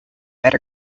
better